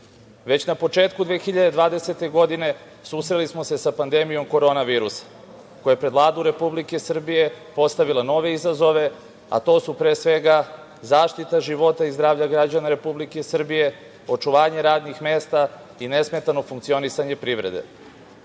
na početku 2020. godine susreli smo se sa pandemijom korona virusa, koja je pred Vladu Republike Srbije postavila nove izazove, a to su pre svega zaštita života i zdravlja građana Republike Srbije, očuvanje radnih mesta i nesmetano funkcionisanje privrede.